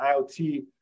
IoT